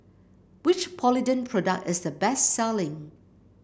which Polident product is the best selling